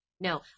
No